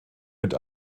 mit